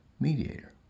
mediator